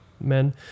men